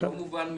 זה לא מובן מאליו.